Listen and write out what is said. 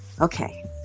Okay